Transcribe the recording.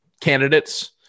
candidates